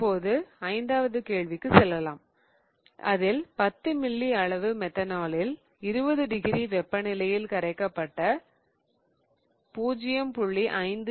இப்போது ஐந்தாவது கேள்விக்கு செல்லலாம் அதில் 10 மில்லி அளவு மெத்தனாலில் 20 டிகிரி வெப்பநிலையில் கரைக்கப்பட்ட 0